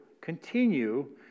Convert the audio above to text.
continue